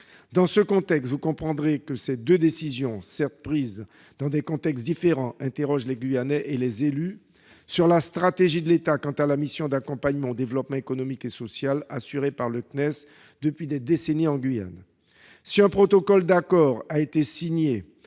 Dans ce contexte, vous comprendrez que ces deux décisions, prises certes dans des contextes différents, suscitent des interrogations chez les Guyanais et les élus sur la stratégie de l'État concernant la mission d'accompagnement au développement économique et social remplie par le CNES depuis des décennies en Guyane. Si un protocole d'accord a été signé